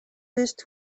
least